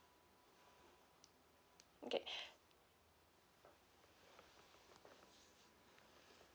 okay